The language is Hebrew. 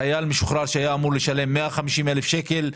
חייל משוחרר שהיה אמור לשלם 150 אלף שקלים,